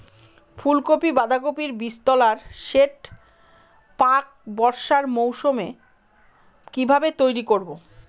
ফুলকপি বাধাকপির বীজতলার সেট প্রাক বর্ষার মৌসুমে কিভাবে তৈরি করব?